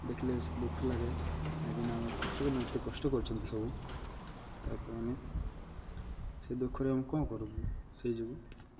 ଦେଖିଲେ ବେଶୀ ଦୁଃଖ ଲାଗେ କାହିଁକିନା ଆମର କୃଷକମାନେ ଏତେ କଷ୍ଟ କରିୁଛନ୍ତି ସବୁ ତାପରେ ଆମେ ସେ ଦୁଃଖରେ ଆମେ କ'ଣ କରିବୁ ସେଇ ଯୋଗୁଁ